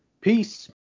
peace